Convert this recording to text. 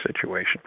situation